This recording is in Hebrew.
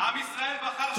עם ישראל בחר, מליברמן.